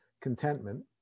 contentment